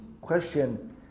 question